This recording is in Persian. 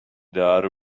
دار